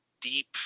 deep